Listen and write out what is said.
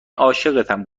عاشقتم